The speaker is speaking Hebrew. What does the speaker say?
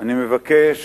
אני מבקש